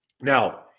Now